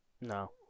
No